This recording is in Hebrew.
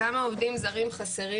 כמה עובדים זרים חסרים?